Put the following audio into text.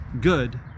good